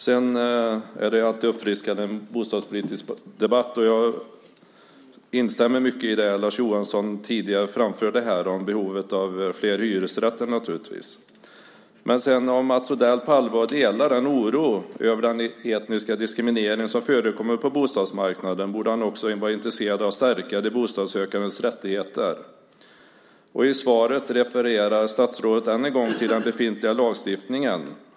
Det är alltid uppfriskande med en bostadspolitisk debatt. Jag instämmer naturligtvis i mycket av det Lars Johansson tidigare framförde om behovet av fler hyresrätter. Men om Mats Odell på allvar delar oron över den etniska diskriminering som förekommer på bostadsmarknaden borde han också vara intresserad av att stärka de bostadssökandes rättigheter. I svaret refererar statsrådet än en gång till den befintliga lagstiftningen.